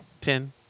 Ten